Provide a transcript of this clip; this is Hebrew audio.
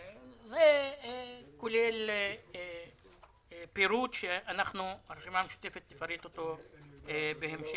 כולל פירוט שהרשימה המשותפת תפרט אותו בהמשך.